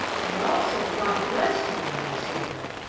they all say, god bless you when they see her,